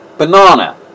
Banana